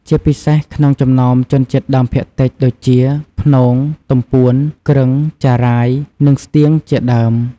ជាពិសេសក្នុងចំណោមជនជាតិដើមភាគតិចដូចជា ព្នង ទំពួន គ្រឹង ចារ៉ាយ និងស្ទៀង ជាដើម។